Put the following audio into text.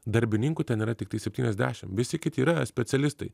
darbininkų ten yra tiktai septyniasdešim visi kiti yra specialistai